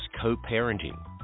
co-parenting